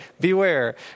beware